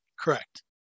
Correct